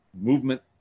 movement